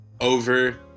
over